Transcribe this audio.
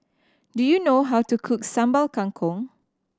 do you know how to cook Sambal Kangkong